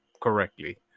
correctly